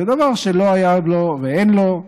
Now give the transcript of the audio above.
זה דבר שלא היה לו ואין לו,